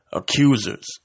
accusers